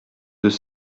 deux